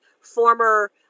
former